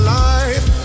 life